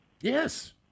yes